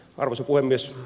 arvoisa puhemies